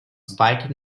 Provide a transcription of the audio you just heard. biting